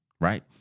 right